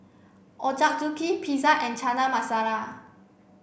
Ochazuke Pizza and Chana Masala